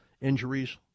injuries